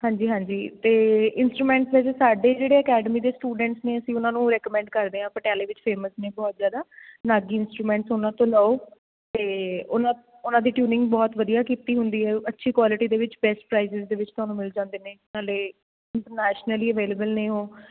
ਹਾਂਜੀ ਹਾਂਜੀ ਅਤੇ ਇੰਸਟਰੂਮੈਂਟ ਫਿਰ ਸਾਡੇ ਜਿਹੜੇ ਅਕੈਡਮੀ ਦੇ ਸਟੂਡੈਂਟਸ ਨੇ ਅਸੀਂ ਉਹਨਾਂ ਨੂੰ ਰਿਕਮੈਂਡ ਕਰਦੇ ਹਾਂ ਪਟਿਆਲੇ ਵਿੱਚ ਫੇਮਸ ਨੇ ਬਹੁਤ ਜ਼ਿਆਦਾ ਨਾਗੀ ਇੰਸਟਰੂਮੈਂਟਸ ਉਹਨਾਂ ਤੋਂ ਲਓ ਅਤੇ ਉਹਨਾਂ ਉਹਨਾਂ ਦੀ ਟਿਊਨਿੰਗ ਬਹੁਤ ਵਧੀਆ ਕੀਤੀ ਹੁੰਦੀ ਹੈ ਅੱਛੀ ਕੁਆਲਿਟੀ ਦੇ ਵਿੱਚ ਬੈਸਟ ਪ੍ਰਾਈਜਿਜ ਦੇ ਵਿੱਚ ਤੁਹਾਨੂੰ ਮਿਲ ਜਾਂਦੇ ਨੇ ਨਾਲ਼ੇ ਇੰਟਰਨੈਸ਼ਨਲੀ ਅਵੇਲੇਬਲ ਨੇ ਉਹ